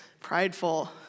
prideful